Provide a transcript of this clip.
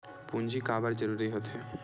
पूंजी का बार जरूरी हो थे?